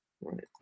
right